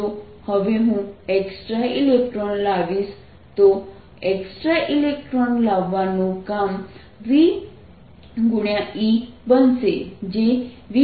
જો હવે હું એક્સ્ટ્રા ઇલેક્ટ્રોન લાવીશ તો એક્સ્ટ્રા ઇલેક્ટ્રોનને લાવવાનું કામ V